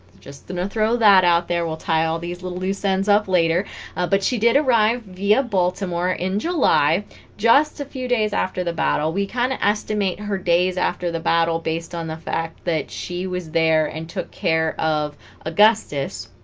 just gonna throw that out there we'll tie all these little loose ends up later but she did arrive via baltimore in july just a few days after the battle we kind of estimate her days after the battle based on the fact that she was there and took care of augustus